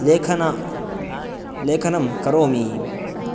लेखन लेखनं करोमि